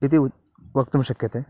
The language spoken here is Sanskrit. इति उ वक्तुं शक्यते